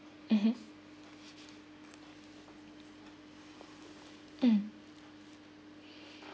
mmhmm mm